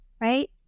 right